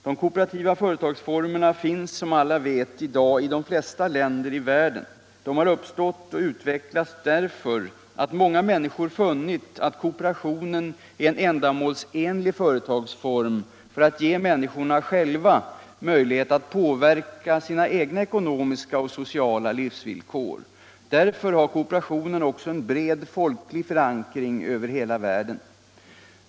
De kooperativa företagsformerna finns som alla vet i dag i de flesta länder i världen. De har uppstått och utvecklats därför att många människor funnit, att kooperationen är en ändamålsenlig företagsform för att ge människorna själva möjlighet att påverka sina egna ekonomiska och sociala livsvillkor. Därför har kooperationen också en bred folklig förankring över hela världen.